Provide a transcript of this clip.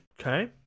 Okay